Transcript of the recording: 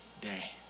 day